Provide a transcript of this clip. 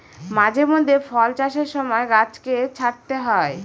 মাঝে মধ্যে ফল চাষের সময় গাছকে ছাঁটতে হয়